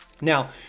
now